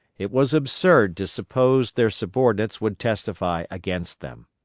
it was absurd to suppose their subordinates would testify against them.